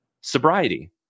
sobriety